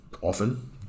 often